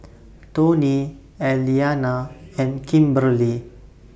Toney Elianna and Kimberli